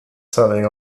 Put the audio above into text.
selling